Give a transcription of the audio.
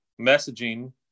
messaging